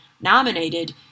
nominated